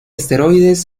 asteroides